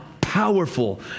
powerful